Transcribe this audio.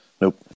Nope